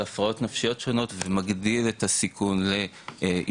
הפרעות נפשיות שונות ומגדיל את הסיכון לאשפוזים,